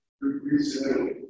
Recently